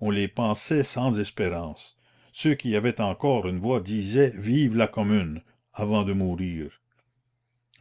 on les pansait sans espérance ceux qui avaient encore une voix disaient vive la commune avant de mourir